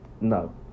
No